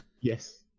Yes